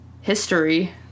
History